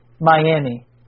Miami